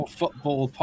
football